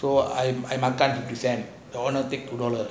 so I I last time present want to take two dollar